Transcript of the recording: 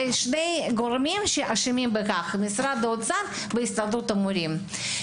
ושני גורמים שאשמים בכך: משרד האוצר והסתדרות המורים.